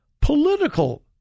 political